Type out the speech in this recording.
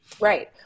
Right